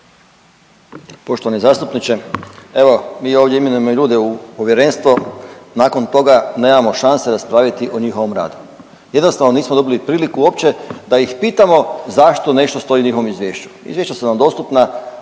Poštovani zastupniče, evo mi ovdje imenujemo i ljude u povjerenstvo. Nakon toga nemamo šanse raspraviti o njihovom radu. Jednostavno nismo dobili priliku uopće da ih pitamo zašto nešto stoji u njihovom izvješću. Izvješća su nam dostupna,